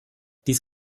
dies